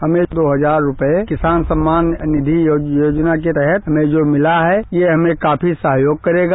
हमें दो हजार रूपये किसान सम्मान निधि र्योजना के तहत हमें जो मिला है ये हमें काफी सहयोग करेगा